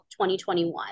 2021